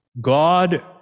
God